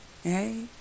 Hey